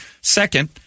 Second